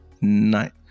night